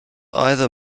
either